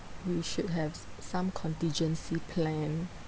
we should have some contingency plan